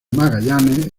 magallanes